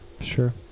sure